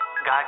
God